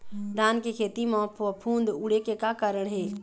धान के खेती म फफूंद उड़े के का कारण हे?